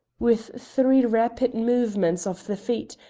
with three rapid movements of the feet,